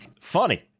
Funny